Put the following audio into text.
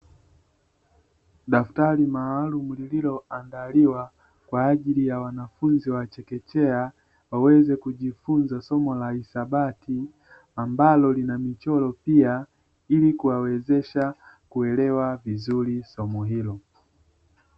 Daftari maalumu lililoandaliwa kwa ajili ya wanafunzi wa chekechea waweze kujifunza somo la hisabati ambalo lina michoro pia ili kuwawezesha kuelewa vizuri somo hilo.